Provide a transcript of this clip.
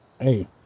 Hey